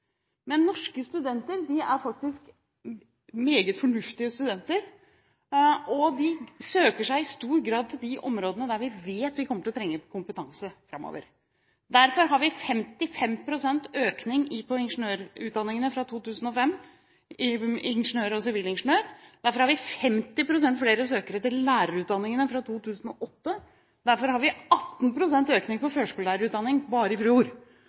Men norske studenter er faktisk meget fornuftige studenter, og de søker seg i stor grad til de områdene der vi vet vi kommer til å trenge kompetanse framover. Derfor har vi 55 pst. økning på ingeniør- og sivilingeniørutdanningene fra 2005, 50 pst. flere søkere til lærerutdanningene fra 2008, og 18 pst. økning på førskolelærerutdanningen bare i fjor.